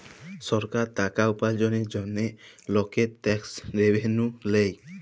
সরকার টাকা উপার্জলের জন্হে লকের ট্যাক্স রেভেন্যু লেয়